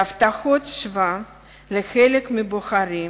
והבטחות שווא לחלק מהבוחרים,